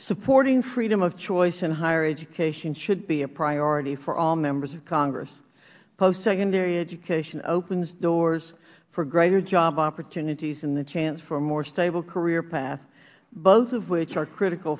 supporting freedom of choice in higher education should be a priority for all members of congress post secondary education opens doors for greater job opportunities and the chance for a more stable career path both of which are critical